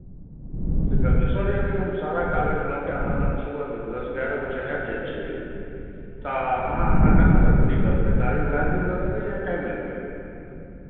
दिक्कत नहि सर यदि हम सारा कागज लऽ कऽ अहाँ लग सुबह दस एगारह बजे आबि जाइ छी तऽ अहाँ हमरा कखन तक फ्री कऽ देबै गाड़ी उएह दिन दऽ देबै या टाइम लेबै